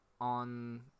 on